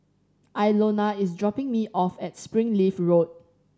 Ilona is dropping me off at Springleaf Road